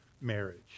marriage